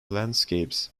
landscapes